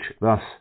thus